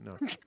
no